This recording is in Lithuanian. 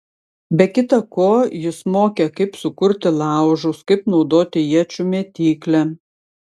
be kita ko jis mokė kaip sukurti laužus kaip naudoti iečių mėtyklę